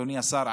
אדוני השר,